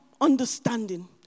understanding